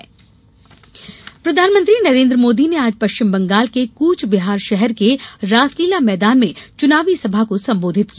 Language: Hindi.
मोदी चुनाव प्रधानमंत्री नरेंद्र मोदी ने आज पश्चिम बंगाल के कूच बिहार शहर के रासलीला मैदान में चुनावी सभा को संबोधित किया